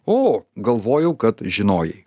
o galvojau kad žinojai